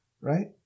right